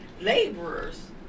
laborers